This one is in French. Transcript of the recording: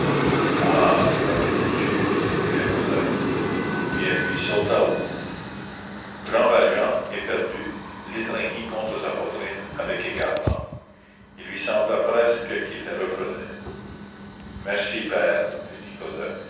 ah vous m'avez dit tu s'écria cosette et elle lui sauta au cou jean valjean éperdu l'étreignit contre sa poitrine avec égarement il lui sembla presque qu'il la reprenait merci père